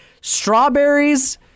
strawberries